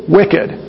wicked